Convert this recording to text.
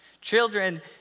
Children